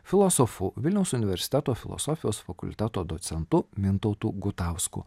filosofu vilniaus universiteto filosofijos fakulteto docentu mintautu gutausku